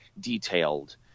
detailed